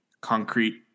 concrete